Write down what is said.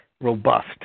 Robust